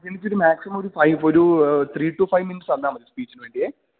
എനിക്കൊരു മാക്സിമം ഒരു ഫൈവ് ഒരൂ ത്രീ ടു ഫൈവ് മിനിറ്റ്സ് തന്നാ മതി സ്പീച്ചിനു വേണ്ടിയെ